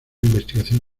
investigación